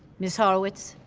ms. horowitz?